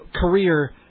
career